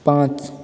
पांच